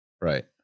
right